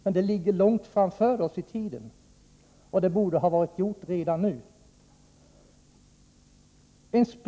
Men verkningarna av den åtgärden ligger långt fram i tiden — den utbyggnaden borde ha varit genomförd redan nu.